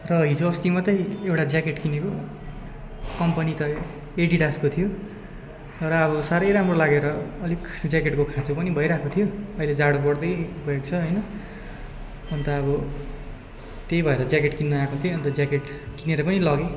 र हिजो अस्ति मात्रै एउटा ज्याकेट किनेको कम्पनी त एडि एडिडासको थियो र अब साह्रै राम्रो लागेर अलिक ज्याकेटको खाँचो पनि भइरहेको थियो अहिले जाडो बढ्दै गएको छ होइन अन्त अब त्यही भएर ज्याकेट किन्न आएको थिएँ अन्त ज्याकेट किनेर पनि लगेँ